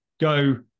go